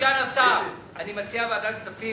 אדוני סגן השר, אני מציע ועדת כספים.